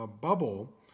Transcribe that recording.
bubble